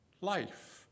life